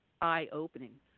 eye-opening